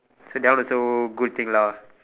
so that one also good thing lah